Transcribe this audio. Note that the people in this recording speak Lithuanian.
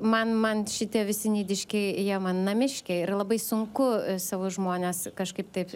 man man šitie visi nidiškiai jie man namiškiai ir labai sunku savo žmones kažkaip taip